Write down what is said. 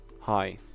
Hi